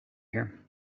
here